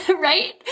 right